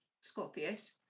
Scorpius